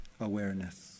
awareness